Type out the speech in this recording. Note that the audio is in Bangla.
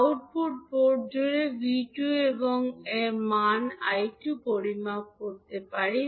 আউটপুট পোর্ট জুড়ে V2 এবং আমরা I2 এর মান পরিমাপ করি